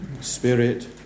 Spirit